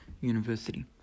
University